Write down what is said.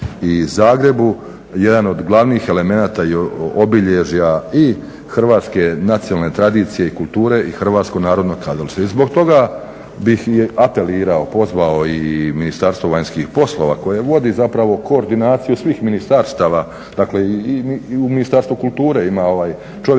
u Zagrebu, jedan od glavnih elemenata i obilježja i hrvatske nacionalne tradicije i kulture i HNK. Zbog toga bih apelirao, pozvao i Ministarstvo vanjskih poslova koje vodi zapravo koordinacije svih ministarstava, dakle i u Ministarstvu kulture ima ovaj